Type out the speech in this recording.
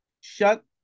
Shut